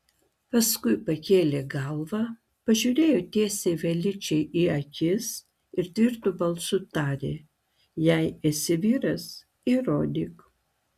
paskui pakėlė galvą pažiūrėjo tiesiai feličei į akis ir tvirtu balsu tarė jei esi vyras įrodyk